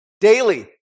daily